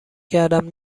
کردم